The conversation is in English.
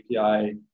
API